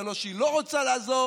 זה לא שהיא לא רוצה לעזור,